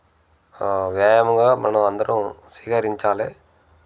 వ్యాయామంగా మనమందరము స్వీకరించాలి